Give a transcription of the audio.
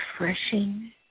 refreshing